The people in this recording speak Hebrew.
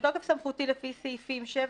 בתוקף סמכותי לפי סעיפים 7,